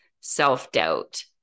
self-doubt